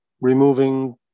removing